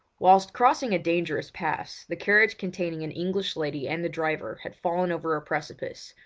whilst crossing a dangerous pass the carriage containing an english lady and the driver had fallen over a precipice,